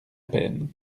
peine